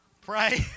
Pray